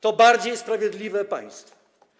To bardziej sprawiedliwe państwo.